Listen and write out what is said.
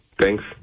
Thanks